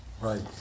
Right